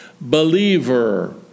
believer